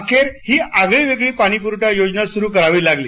अखेर ही आगळी पाणी पुरवठा योजना सुरू करावी लागली